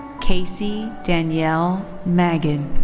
kasey danielle magid.